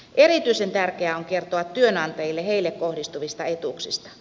erityisen tärkeää on kertoa työnantajille heille kohdistuvista etuuksista